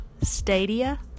Stadia